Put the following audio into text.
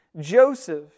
Joseph